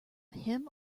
him